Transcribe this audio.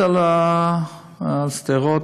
על שדרות